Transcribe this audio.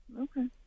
Okay